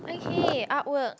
okay art work